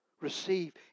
receive